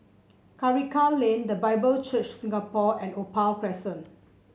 Karikal Lane The Bible Church Singapore and Opal Crescent